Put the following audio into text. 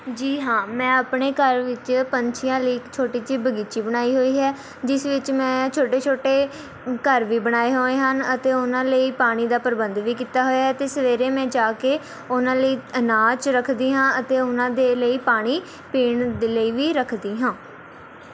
ਜੀ ਹਾਂ ਮੈਂ ਆਪਣੇ ਘਰ ਵਿੱਚ ਪੰਛੀਆਂ ਲਈ ਇੱਕ ਛੋਟੀ ਜਿਹੀ ਬਗੀਚੀ ਬਣਾਈ ਹੋਈ ਹੈ ਜਿਸ ਵਿੱਚ ਮੈਂ ਛੋਟੇ ਛੋਟੇ ਘਰ ਵੀ ਬਣਾਏ ਹੋਏ ਹਨ ਅਤੇ ਉਹਨਾਂ ਲਈ ਪਾਣੀ ਦਾ ਪ੍ਰਬੰਧ ਵੀ ਕੀਤਾ ਹੋਇਆ ਅਤੇ ਸਵੇਰੇ ਮੈਂ ਜਾ ਕੇ ਉਹਨਾਂ ਲਈ ਅਨਾਜ ਰੱਖਦੀ ਹਾਂ ਅਤੇ ਉਹਨਾਂ ਦੇ ਲਈ ਪਾਣੀ ਪੀਣ ਦੇ ਲਈ ਵੀ ਰੱਖਦੀ ਹਾਂ